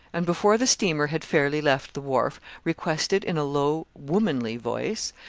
and before the steamer had fairly left the wharf, requested, in a low, womanly voice,